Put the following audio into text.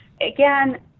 Again